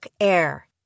Air